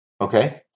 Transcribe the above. Okay